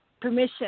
permission